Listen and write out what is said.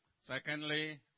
Secondly